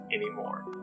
anymore